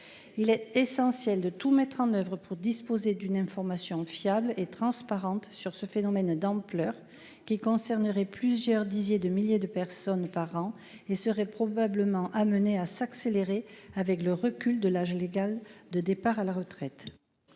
Il est essentiel de tout mettre en oeuvre pour disposer d'une information fiable et transparente sur ce phénomène d'ampleur qui concernerait plusieurs disiez de milliers de personnes par an et serait probablement amenée à s'accélérer. Avec le recul de l'âge légal de départ à la retraite.